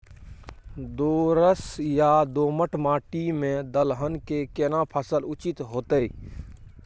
दोरस या दोमट माटी में दलहन के केना फसल उचित होतै?